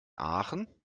aachen